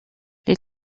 les